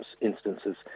instances